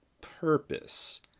purpose